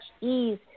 ease